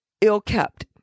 ill-kept